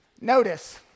Notice